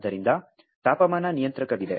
ಆದ್ದರಿಂದ ತಾಪಮಾನ ನಿಯಂತ್ರಕವಿದೆ